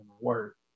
work